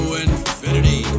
infinity